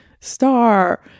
star